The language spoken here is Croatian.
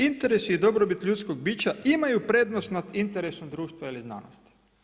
Interes i dobrobit ljudskom bića imaju prednost, nad interesom društva ili znanosti.